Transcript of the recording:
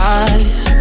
eyes